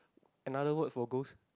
another word for ghost